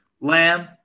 Lamb